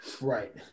Right